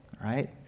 right